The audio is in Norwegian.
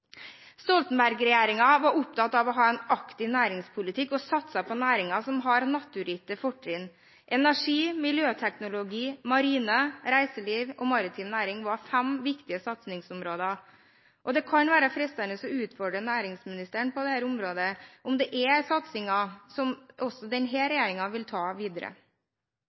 Stoltenberg-regjeringen var opptatt av å ha en aktiv næringspolitikk og satset på næringer som har naturgitte fortrinn. Energi, miljøteknologi, marine, reiseliv og maritim næring var fem viktige satsingsområder, og det kan være fristende å utfordre næringsministeren på dette området: Er dette satsinger som også denne regjeringen vil ta videre?